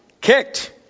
kicked